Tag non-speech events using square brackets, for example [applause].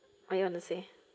[breath] what you want to say